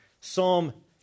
Psalm